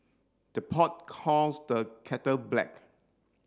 the pot calls the kettle black